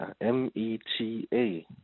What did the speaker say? M-E-T-A